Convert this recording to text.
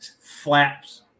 Flaps